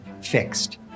fixed